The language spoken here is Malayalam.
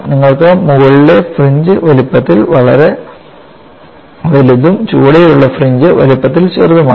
നിങ്ങൾക്ക് മുകളിലെ ഫ്രിഞ്ച് വലുപ്പത്തിൽ വളരെ വലുതും ചുവടെയുള്ള ഫ്രിഞ്ച് വലുപ്പത്തിൽ ചെറുതുമാണ്